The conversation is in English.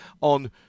on